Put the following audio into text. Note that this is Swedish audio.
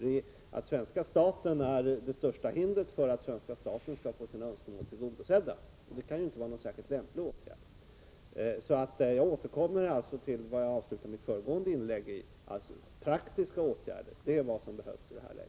nu. Svenska staten är det största hindret för att svenska staten skall få sina önskemål tillgodosedda, och det kan ju inte vara särskilt lämpligt. Jag återkommer alltså till vad jag avslutade mitt föregående inlägg med: Praktiska åtgärder är vad som behövs i det här läget.